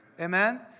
Amen